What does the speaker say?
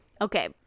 okay